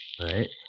right